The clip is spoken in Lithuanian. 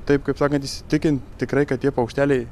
taip kaip sakant įsitikinti tikrai kad tie paukšteliai